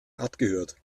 abgehört